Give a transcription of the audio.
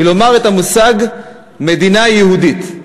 מלומר את המושג מדינה יהודית.